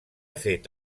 fet